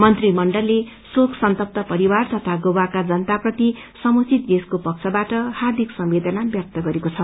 मन्त्रीमण्डलले शोक सन्तप्त परिवार तथा गोवाका जनताप्रति समुचित देशको पक्षबाट हार्दिक संवेदना व्यक्त गरेको छ